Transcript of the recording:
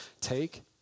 take